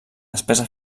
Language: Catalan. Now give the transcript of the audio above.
despesa